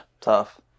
tough